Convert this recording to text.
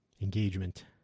engagement